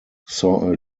saw